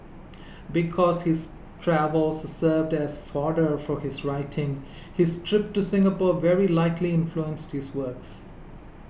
because his travels served as fodder for his writing his trip to Singapore very likely influenced his works